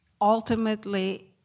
ultimately